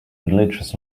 religious